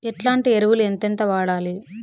ఎట్లాంటి ఎరువులు ఎంతెంత వాడాలి?